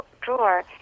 drawer